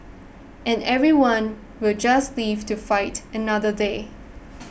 and everyone will just live to fight another day